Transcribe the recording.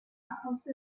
house